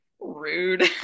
Rude